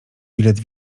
bilet